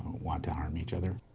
want to harm each other.